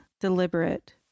deliberate